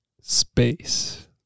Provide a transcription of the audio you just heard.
Space